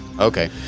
Okay